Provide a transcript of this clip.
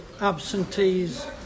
absentees